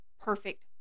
perfect